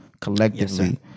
collectively